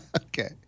Okay